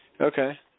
Okay